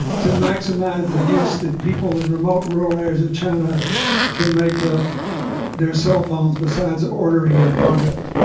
to maximize the use that people in remote rural areas of china can make of their cell phones besides ordering your projects,